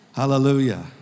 Hallelujah